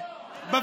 אין להם רוב.